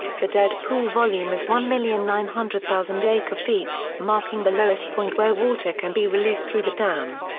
the dead pool volume is one million nine hundred thousand acre feet, marking the lowest point where water can be released through the dam.